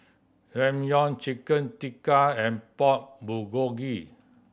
Ramyeon Chicken Tikka and Pork Bulgogi